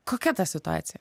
kokia ta situacija